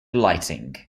lighting